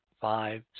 five